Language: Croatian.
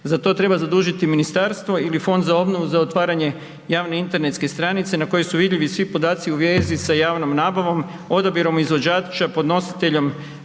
Za to treba zadužiti ministarstvo ili Fond za obnovu za otvaranje javne internetske stranice na kojoj su vidljivi svi podaci u vezi sa javnom nabavom, odabirom izvođača, podnositeljom